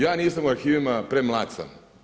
Ja nisam u arhivima, premlad sam.